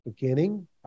beginning